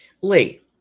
Lee